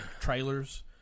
trailers